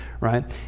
right